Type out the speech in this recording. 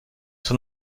son